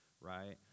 right